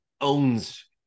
owns